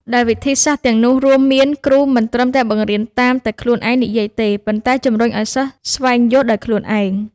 ដែលវិធីសាស្រ្តទាំងនោះរួមមានគ្រូមិនត្រឹមតែបង្រៀនតាមតែខ្លួនឯងនិយាយទេ ប៉ុន្តែជំរុញឲ្យសិស្សស្វែងយល់ដោយខ្លួនឯង។